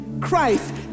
Christ